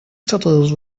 stutters